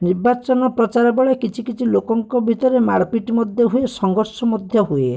ନିର୍ବାଚନ ପ୍ରଚାର ବେଳେ କିଛି କିଛି ଲୋକଙ୍କ ଭିତରେ ମାଡ଼ପିଟ ମଧ୍ୟ ହୁଏ ସଂଘର୍ଷ ମଧ୍ୟ ହୁଏ